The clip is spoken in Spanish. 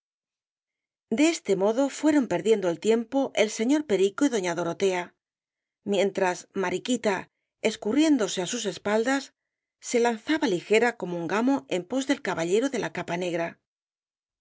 de este modo fueron perdiendo el tiempo el señor perico y doña dorotea mientras mariquita escurriéndose á sus espaldas se lanzaba ligera como un gamo en pos del caballeso de la capa negra